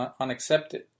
unaccepted